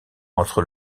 entre